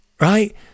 right